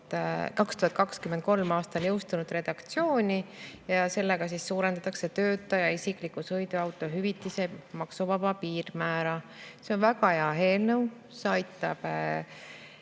2023. aastal jõustunud redaktsiooni ja suurendataks töötaja isikliku sõiduauto hüvitise maksuvaba piirmäära. See on väga hea eelnõu, see aitaks